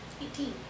Eighteen